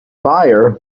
buyer